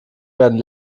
werden